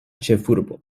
ĉefurbo